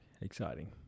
Exciting